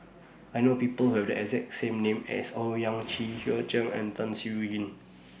I know People Have The exact same name as Owyang Chi Hua Chai Yong and Tan Siew Yin